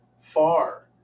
far